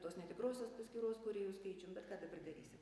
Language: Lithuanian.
tos netikrosios paskyros kūrėjų skaičium bet ką dabar darysi